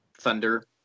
thunder